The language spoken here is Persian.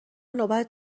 نوبت